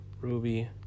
Ruby